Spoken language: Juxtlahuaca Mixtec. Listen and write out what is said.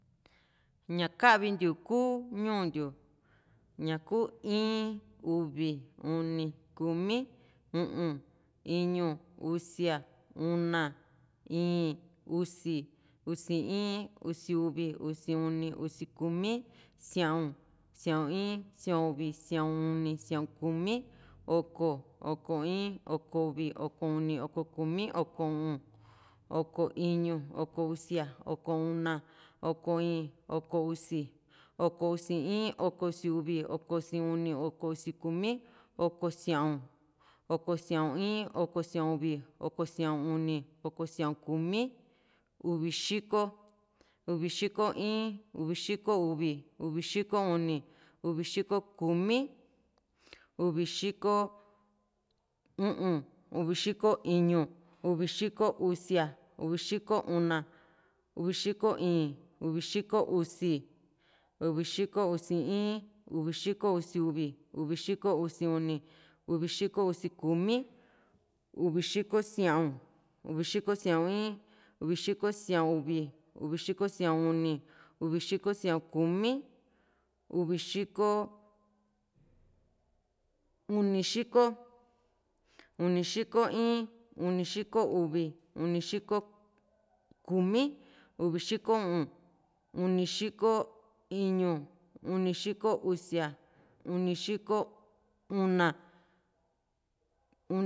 ña kavintiu kuu ñuu ntiu ña kuu in uvi uni kumi u´un iñu usia una íín usi usi in usi uvi usi uni usi kumi sia´un sia´un in sia´un uvi sia´un uni sia´un kumi oko oko in okouvi oko uni oko kumi oko u´un oko iñu oko usia oko una oko íín oko usi oko usi in oko usi uvi oko usi uni oko usi kumi oko sia´un oko sia´un in oko sia´un uvi oko sia´un uni oko sia´un kumi uvi xikouvi xiko in uvi xiko uni uvi xiko kumi uvi xiko u´un uvi xiko iñu uvi xiko usia uvi xiko una uvi xiko íín uvi xiko usi uvi xiko usi in uvi xiko usi uvi uvi xiko usi uni uvi xiko usi kumi uvi xiko sia´un uvi xiko sia´un in uvi xiko sia´un uvi uvi xiko sia´un uni uvi xiko sia´un kumi uvi xiko uni xiko uni xiko in uni xiko uvi uni xiko uni uni xiko kumi uvi xiko u´un uni xiko iñu uni xiko usia uni xiko una uun